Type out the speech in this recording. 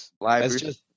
libraries